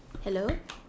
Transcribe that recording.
hello